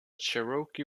cherokee